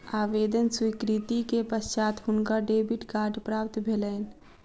आवेदन स्वीकृति के पश्चात हुनका डेबिट कार्ड प्राप्त भेलैन